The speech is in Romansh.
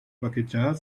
baghegiar